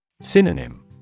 Synonym